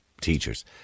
teachers